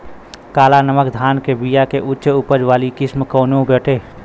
काला नमक धान के बिया के उच्च उपज वाली किस्म कौनो बाटे?